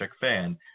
fan